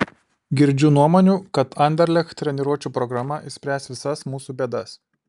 girdžiu nuomonių kad anderlecht treniruočių programa išspręs visas mūsų bėdas